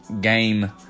game